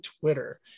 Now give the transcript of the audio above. Twitter